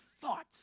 thoughts